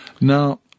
Now